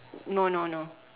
no no no